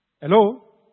Hello